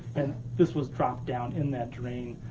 and this was dropped down in that drain.